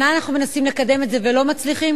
שנה אנחנו מנסים לקדם את זה ולא מצליחים.